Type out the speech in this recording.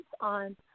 on